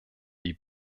die